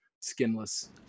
Skinless